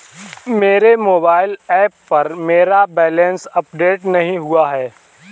मेरे mobile app पर मेरा बैलेंस अपडेट नहीं हुआ है